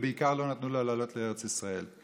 ובעיקר לא נתנו לו לעלות לארץ ישראל,